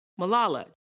Malala